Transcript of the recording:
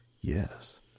yes